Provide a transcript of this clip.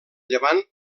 llevant